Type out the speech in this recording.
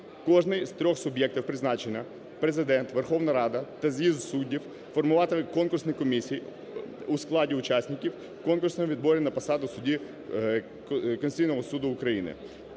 Кожний з трьох суб'єктів призначення: Президент, Верховна Рада та з'їзд суддів – формуватимуть конкурсні комісії у складі учасників в конкурсному відборі на посаду судді Конституційного Суду України.